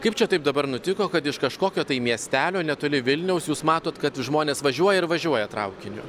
kaip čia taip dabar nutiko kad iš kažkokio tai miestelio netoli vilniaus jūs matot kad žmonės važiuoja ir važiuoja traukiniu